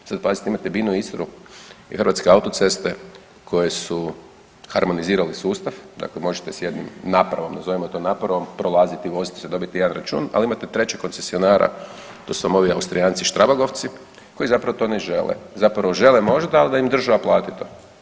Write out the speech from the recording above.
Sad pazite ima Binu-Istru i HAC koje su harmonizirali sustav, dakle možete s jednim napravom, nazovimo to napravom, prolaziti, voziti se, dobiti jedan račun, ali imate trećeg koncesionara, to su vam ovi Austrijanci štrabagovci koji zapravo to ne žele, zapravo žele možda, ali da im država plati to.